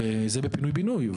זה בפינוי בינוי.